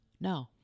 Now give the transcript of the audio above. No